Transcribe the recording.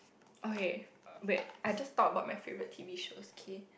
okay wait I'll just talk about my favourite t_v shows okay